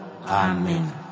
Amen